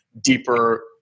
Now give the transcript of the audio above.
deeper